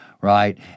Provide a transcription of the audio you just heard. right